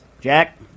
Jack